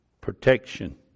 Protection